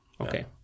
Okay